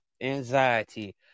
anxiety